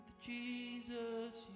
Jesus